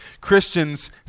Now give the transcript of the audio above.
Christians